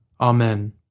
Amen